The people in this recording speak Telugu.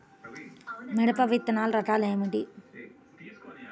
మిరప విత్తనాల రకాలు ఏమిటి?